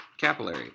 capillary